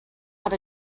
had